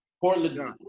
Portland